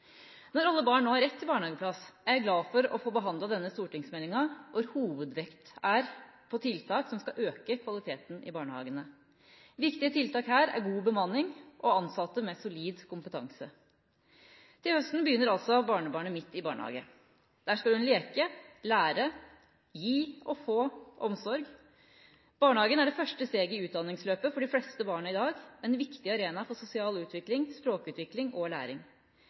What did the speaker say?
Når alle barn nå har rett til barnehageplass, er jeg glad for å få behandlet denne stortingsmeldingen hvor hovedvekten er på tiltak som skal øke kvaliteten i barnehagene. Viktige tiltak her er god bemanning og ansatte med solid kompetanse. Til høsten begynner altså barnebarnet mitt i barnehage. Der skal hun leke, lære og gi og få omsorg. Barnehagen er det første steget i utdanningsløpet for de fleste barn i dag, en viktig arena for sosial utvikling, språkutvikling og læring.